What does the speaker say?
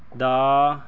ਦਾ